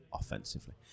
offensively